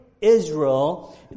Israel